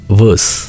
verse